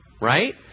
right